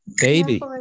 baby